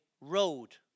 road